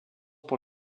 pour